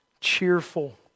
cheerful